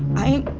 i.